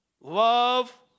Love